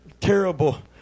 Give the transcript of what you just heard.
terrible